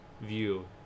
view